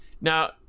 now